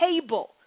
table